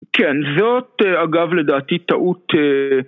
כן, זאת אגב לדעתי טעות...